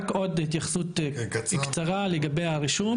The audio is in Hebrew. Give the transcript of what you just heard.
רק עוד התייחסות קצרה לגבי הרישום,